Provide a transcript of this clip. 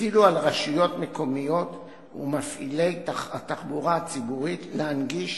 הטילו על רשויות מקומיות ומפעילי התחבורה הציבורית להנגיש